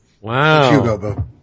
Wow